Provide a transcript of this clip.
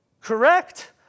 correct